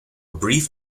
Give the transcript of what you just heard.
brief